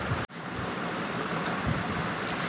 এক রকমের পিগলেটের মত খেলনা পাওয়া যায়